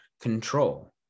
control